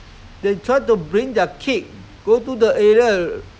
rural rural area people then the kid will